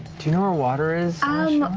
do you know where water is, um